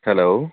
hello